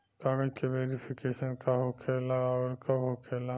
कागज के वेरिफिकेशन का हो खेला आउर कब होखेला?